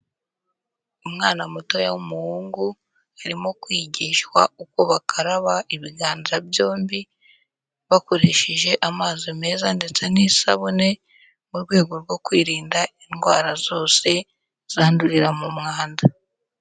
Umwana mutoya w'umuhungu, arimo kwigishwa uko bakaraba ibiganza byombi, bakoresheje amazi meza ndetse n'isabune, mu rwego rwo kwirinda indwara zose, zandurira mu mwanda.